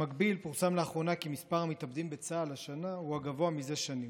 במקביל פורסם לאחרונה כי מספר המתאבדים בצה"ל השנה הוא הגבוה זה שנים.